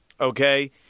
okay